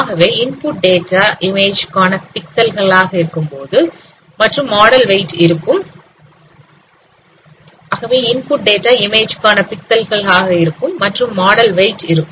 ஆகவே input data image கான பிக்சல்கள் ஆக இருக்கும் மற்றும் மாடல் வெயிட் இருக்கும்